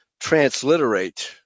transliterate